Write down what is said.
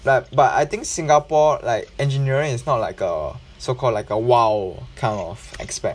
like but I think singapore like engineering is not like a so called like a !wow! kind of expect